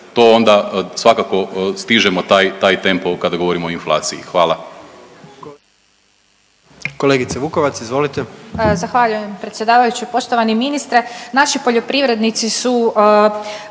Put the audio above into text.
to onda svakako stižemo taj tempo kada govorimo o inflaciji. Hvala.